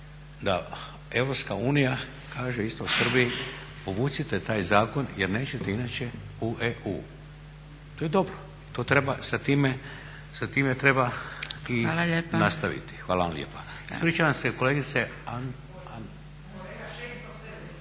sad radi, da EU kaže isto Srbiji povucite taj zakon, jer nećete inače u EU. To je dobro i sa time treba i nastaviti. Hvala vam lijepa. Ispričavam se kolegice